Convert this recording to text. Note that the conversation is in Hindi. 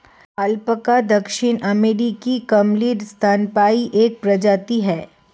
अल्पाका दक्षिण अमेरिकी कैमलिड स्तनपायी की एक प्रजाति है